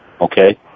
Okay